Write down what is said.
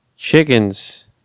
chickens